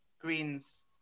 Greens